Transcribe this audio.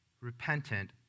repentant